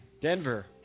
Denver